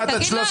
תודה.